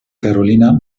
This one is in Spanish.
carolina